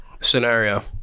Scenario